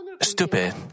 stupid